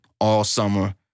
all-summer